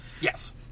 Yes